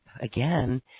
again